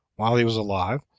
while he was alive,